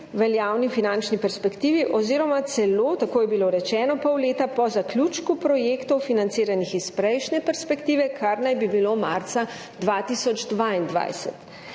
veljavni finančni perspektivi oziroma celo, tako je bilo rečeno, pol leta po zaključku projektov, financiranih iz prejšnje perspektive, kar naj bi bilo marca 2022.